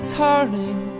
turning